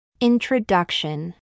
Introduction